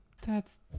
That's-